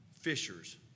fishers